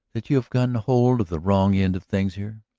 that you have gotten hold of the wrong end of things here?